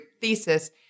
thesis